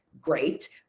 great